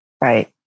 Right